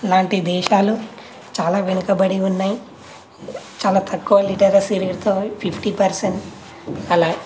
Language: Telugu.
ఇలాంటి దేశాలు చాలా వెనుక బడి ఉన్నాయి చాలా తక్కువ లిటరసీ రేట్తో ఫిఫ్టీ పెర్సెంట్ అలా